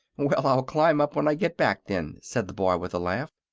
well, i'll climb up when i get back, then, said the boy, with a laugh.